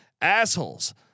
Assholes